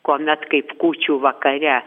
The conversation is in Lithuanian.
kuomet kaip kūčių vakare